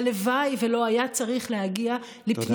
הלוואי ולא היה צריך להגיע, תודה.